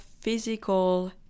physical